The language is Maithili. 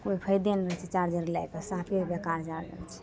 कोइ फायदे नहि छै चार्जर लैके साफे बेकार चार्जर छै